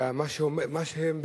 ומה שהם,